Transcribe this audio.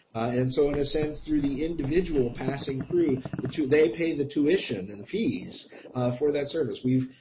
and so in a sense through the individual passing through the two they pay and the tuition and fees for that service we've,